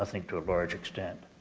ah think to a large extent